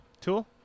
Tool